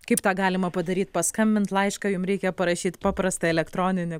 kaip tą galima padaryt paskambint laišką jum reikia parašyt paprastą elektroninį